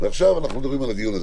עכשיו אנחנו מדברים על הדיון הזה.